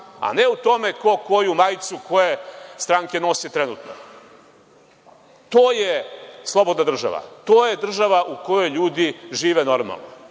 a ne u tome ko koju majicu koje stranke nosi trenutno. To je slobodna država. To je država u kojoj ljudi žive normalno.